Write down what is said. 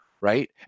right